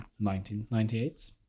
1998